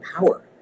power